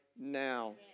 now